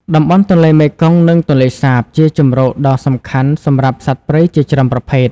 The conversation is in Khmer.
តំបន់ទន្លេមេគង្គ និងទន្លេសាប ជាជម្រកដ៏សំខាន់សម្រាប់សត្វព្រៃជាច្រើនប្រភេទ។